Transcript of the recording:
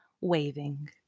waving